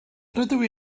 rydw